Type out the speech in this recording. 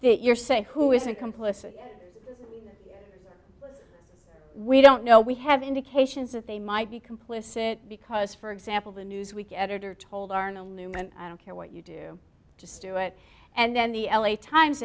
you're saying who isn't complicit we don't know we have indications that they might be complicit because for example the newsweek editor told arnold newman i don't care what you do just do it and then the l a times